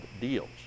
deals